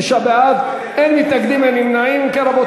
זה רק שמענו השבוע